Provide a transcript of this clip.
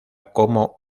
como